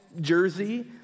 jersey